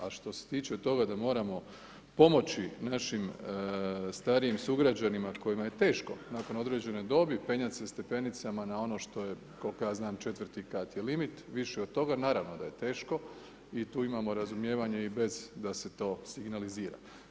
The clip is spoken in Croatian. A što se tiče toga da moramo pomoći našim starijim sugrađanima kojima je teško nakon određene dobi penjati se stepenicama na ono što je koliko ja znam 4 kat je limit više od toga naravno da je teško i tu imamo razumijevanja i bez da se to signalizira.